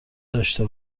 داشه